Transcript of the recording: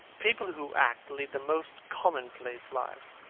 people who act lead the most commonplace lives.